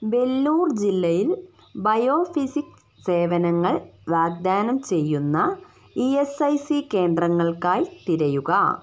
വെല്ലൂർ ജില്ലയിൽ ബയോഫിസിക്സ് സേവനങ്ങൾ വാഗ്ദാനം ചെയ്യുന്ന ഇ എസ് ഐ സി കേന്ദ്രങ്ങൾക്കായി തിരയുക